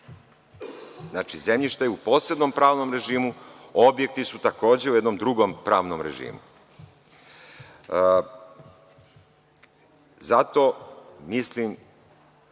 da je zemljište u posebnom pravnom režimu. Objekti su takođe u jednom drugom pravnom režimu. Zato mislim